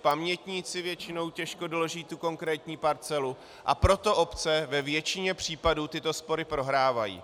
Pamětníci většinou těžko doloží konkrétní parcelu, a proto obce ve většině případů tyto spory prohrávají.